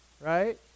Right